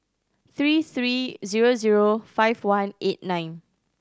three three zero zero five one eight nine